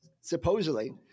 supposedly